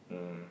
um